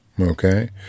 Okay